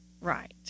Right